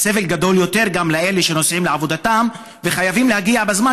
והסבל גדול יותר לאלה שנוסעים לעבודתם וחייבים להגיע בזמן,